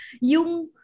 yung